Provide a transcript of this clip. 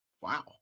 Wow